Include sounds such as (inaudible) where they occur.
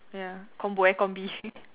ya combo eh combi (laughs)